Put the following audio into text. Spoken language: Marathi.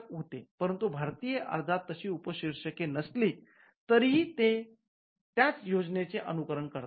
परंतु भारतीय अर्जात तशी उपशीर्षके नसली तरीही ते त्याच योजनेचे अनुकरण करतात